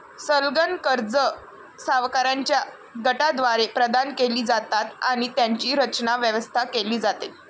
संलग्न कर्जे सावकारांच्या गटाद्वारे प्रदान केली जातात आणि त्यांची रचना, व्यवस्था केली जाते